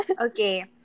Okay